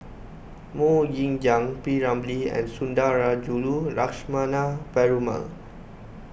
Mok Ying Jang P Ramlee and Sundarajulu Lakshmana Perumal